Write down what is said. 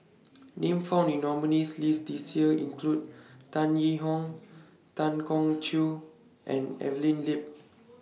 Names found in nominees' list This Year include Tan Yee Hong Tan Keong Choon and Evelyn Lip